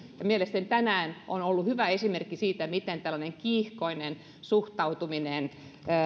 mielestäni tänään on ollut hyvä esimerkki siitä miten tällainen kiihkoisa suhtautuminen